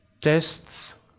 tests